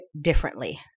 differently